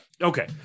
Okay